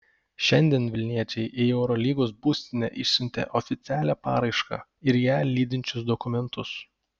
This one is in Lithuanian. šiandien vilniečiai į eurolygos būstinę išsiuntė oficialią paraišką ir ją lydinčius dokumentus